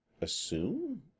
assume